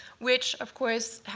which, of course,